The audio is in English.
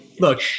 Look